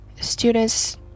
students